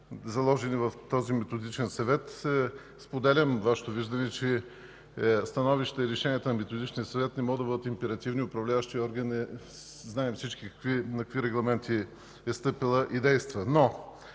заложени в този Методичен съвет – споделям Вашето виждане, че становищата и решенията на Методичния съвет не могат да бъдат императивни. Всички знаем на какви регламенти е стъпил и действа